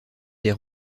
des